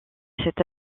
cette